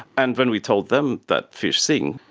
and when we told them that fish sing,